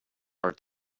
our